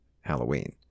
Halloween